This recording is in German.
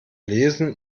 lesen